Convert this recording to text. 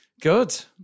good